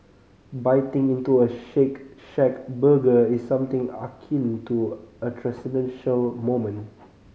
biting into a Shake Shack burger is something akin to a transcendental moment